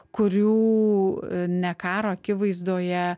kurių ne karo akivaizdoje